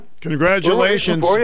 Congratulations